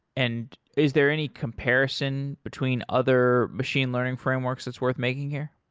and is there any comparison between other machine learning frameworks that's worth making here?